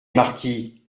marquis